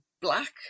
black